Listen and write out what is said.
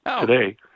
today